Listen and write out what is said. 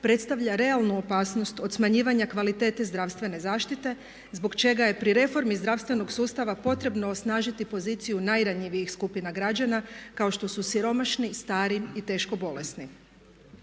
predstavlja realnu opasnost od smanjivanja kvalitete zdravstvene zaštite zbog čega je pri reformi zdravstvenog sustava potrebno osnažiti poziciju najranjivijih skupina građana kao što su siromašni, stari i teško bolesni.